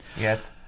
Yes